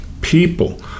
people